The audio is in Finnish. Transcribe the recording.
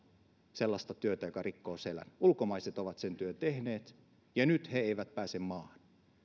sellaista työtä joka rikkoo selän ulkomaalaiset ovat sen työn tehneet ja nyt he eivät pääse maahan